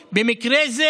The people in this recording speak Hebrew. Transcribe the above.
עבירה גוררת עבירה.